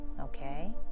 okay